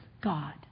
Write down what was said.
God